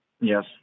Yes